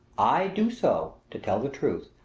i do so, to tell the truth,